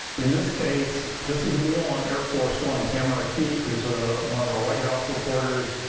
in this case, this is a meal on air force one. tamara key, who's ah one of our white house reporters,